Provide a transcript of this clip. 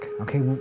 Okay